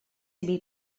imi